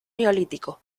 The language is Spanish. neolítico